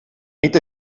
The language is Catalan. nit